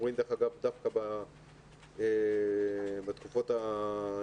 דרך אגב, אנחנו רואים דווקא בתקופה האחרונה